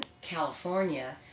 California